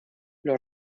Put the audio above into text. los